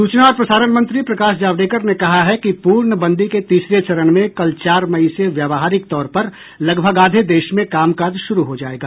सूचना और प्रसारण मंत्री प्रकाश जावड़ेकर ने कहा है कि पूर्णबंदी के तीसरे चरण में कल चार मई से व्यावहारिक तौर पर लगभग आधे देश में काम काज शुरू हो जाएगा